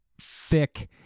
thick